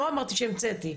לא משהו שהמצאתי,